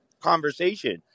conversation